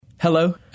Hello